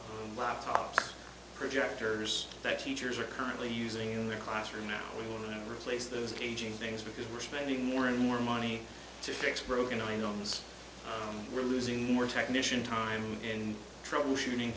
laptops projectors that teachers are currently using in their classroom and we want to place those aging things because we're spending more and more money to fix broken owns we're losing more technician time and troubleshooting